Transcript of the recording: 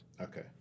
Okay